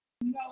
no